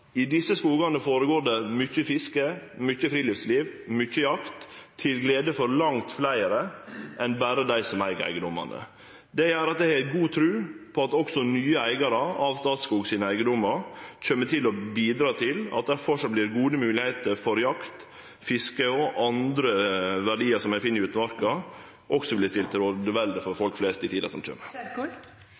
I desse skogane føregår det mykje fiske, mykje friluftsliv og mykje jakt, til glede for langt fleire enn berre dei som eig eigedomane. Det gjer at eg har god tru på at også nye eigarar av Statskog sine eigedomar kjem til å bidra til at det framleis vil vere gode moglegheiter for jakt, fiske og andre verdiar som ein finn i utmarka, og at dette vert stilt til rådvelde for folk flest også i tida som kjem.